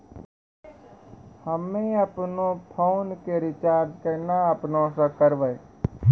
हम्मे आपनौ फोन के रीचार्ज केना आपनौ से करवै?